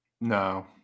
No